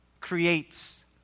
creates